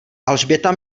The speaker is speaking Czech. alžběta